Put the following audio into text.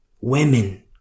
Women